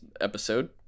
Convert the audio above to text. episode